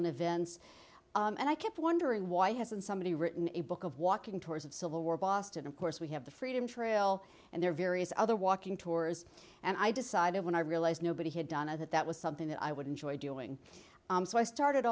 and events and i kept wondering why hasn't somebody written a book of walking tours of civil war boston of course we have the freedom trail and there are various other walking tours and i decided when i realized nobody had done of that that was something that i would enjoy doing so i started